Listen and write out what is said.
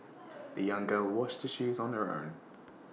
the young girl washed the shoes on her own